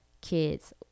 kids